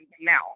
now